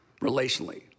relationally